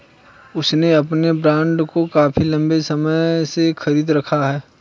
उसने अपने बॉन्ड को काफी लंबे समय से खरीद रखा है